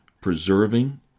preserving